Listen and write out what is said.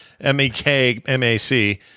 M-E-K-M-A-C